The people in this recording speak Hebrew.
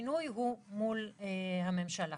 השינוי הוא מול הממשלה